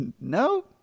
No